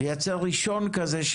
לייצר ראשון כזה,